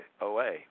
OA